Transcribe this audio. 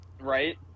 Right